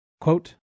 Quote